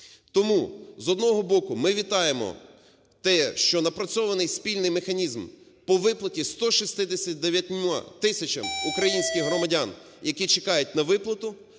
Тому, з одного боку, ми вітаємо те, що напрацьований спільний механізм по виплаті 169-м тисячам українських громадян, які чекають на виплату,